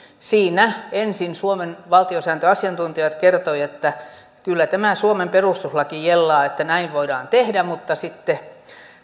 ensin suomen valtiosääntöasiantuntijat kertoivat että kyllä tämä suomen perustuslaki jellaa että näin voidaan tehdä mutta sitten